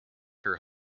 her